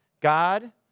God